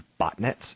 botnets